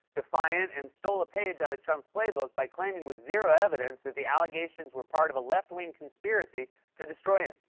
defiant, and stole a page out of trump's playbook by claiming, with zero evidence, that the allegations were part of a left-wing conspiracy to destroy him.